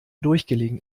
durchgelegen